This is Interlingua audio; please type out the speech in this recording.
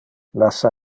lassa